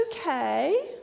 Okay